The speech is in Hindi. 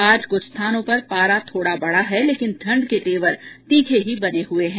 आज कुछ स्थानों पर पारा थोड़ा बढा है लेकिन ठंड के तेवर तीखे ही बने हुये हैं